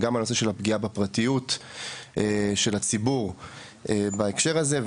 הפגיעה בפרטיות של הציבור בהקשר הזה,